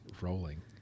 rolling